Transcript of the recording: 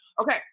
Okay